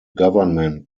government